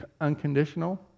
unconditional